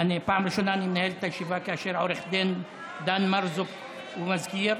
פעם ראשונה שאני מנהל את הישיבה כאשר עו"ד דן מרזוק הוא המזכיר.